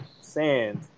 sand